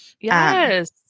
Yes